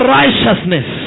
righteousness